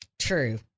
True